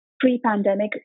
pre-pandemic